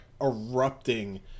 erupting